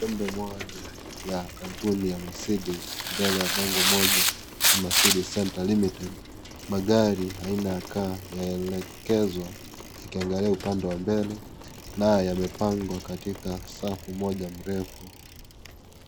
Nembo moja ya kampuni ya Mercedes Benz ana nembo moja ya Mercedes Center Limited na gari aina ya K laelekezwa yakiangalia upande wa mbele naye amepangwa katika safu moja mrefu.